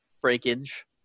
breakage